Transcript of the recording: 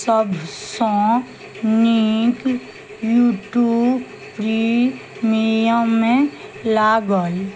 सबसँ नीक यूट्यूब प्रीमीयमे लागल